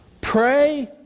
Pray